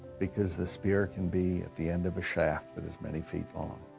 because the spear can be at the end of a shaft that is many feet long.